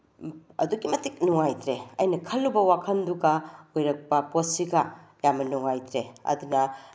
ꯑꯗꯨꯛꯀꯤ ꯃꯇꯤꯛ ꯅꯨꯡꯉꯥꯏꯇ꯭ꯔꯦ ꯑꯩꯅ ꯈꯜꯂꯨꯕ ꯋꯥꯈꯜꯗꯨꯒ ꯑꯣꯏꯔꯛꯄ ꯄꯣꯠꯁꯤꯒ ꯌꯥꯝꯅ ꯅꯨꯡꯉꯥꯏꯇ꯭ꯔꯦ ꯑꯗꯨꯅ